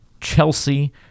Chelsea